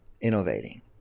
innovating